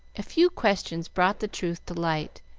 a few questions brought the truth to light,